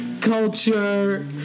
culture